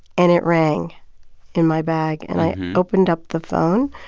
and it rang in my bag, and i opened up the phone.